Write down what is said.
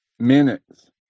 Minutes